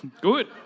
Good